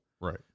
Right